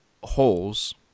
holes